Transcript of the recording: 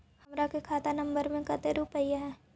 हमार के खाता नंबर में कते रूपैया है?